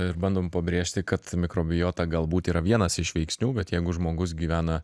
ir bandom pabrėžti kad mikrobiota galbūt yra vienas iš veiksnių bet jeigu žmogus gyvena